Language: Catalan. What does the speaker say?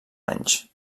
anys